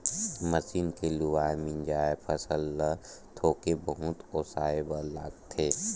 machine के लुवाए, मिंजाए फसल ल थोके बहुत ओसाए बर लागथे